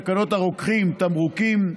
תקנות הרוקחים (תמרוקים),